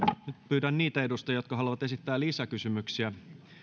pyydän niitä edustajia jotka haluavat esittää lisäkysymyksiä